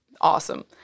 awesome